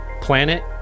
planet